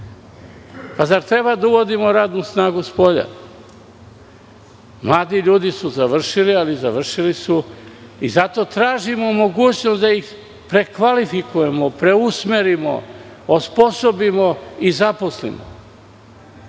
Zar treba da uvodimo radnu snagu spolja? Mladi ljudi su završili i završili su, ali zato tražimo mogućnost da ih prekvalifikujemo, preusmerimo, osposobimo i zaposlimo.